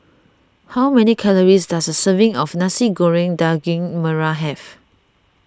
how many calories does a serving of Nasi Goreng Daging Merah have